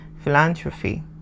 Philanthropy